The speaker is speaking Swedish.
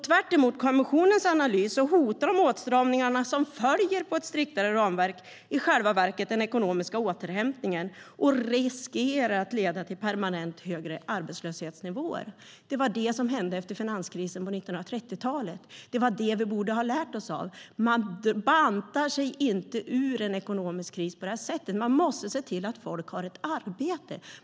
Tvärtemot kommissionens analys hotar de åtstramningar som följer på ett striktare ramverk i själva verket den ekonomiska återhämtningen och riskerar att leda till permanent högre arbetslöshetsnivåer. Det var det som hände efter finanskrisen på 1930-talet. Det var det vi borde ha lärt oss av. Man bantar sig inte ur en ekonomisk kris på detta sätt. Man måste se till att folk har ett arbete.